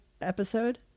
episode